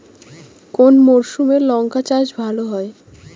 কোন মরশুমে লঙ্কা চাষ ভালো হয়?